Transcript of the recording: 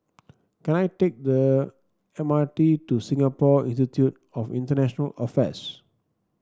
can I take the M R T to Singapore Institute of International Affairs